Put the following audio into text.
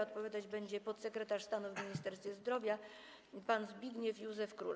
Odpowiadać będzie podsekretarz stanu w Ministerstwie Zdrowia pan Zbigniew Józef Król.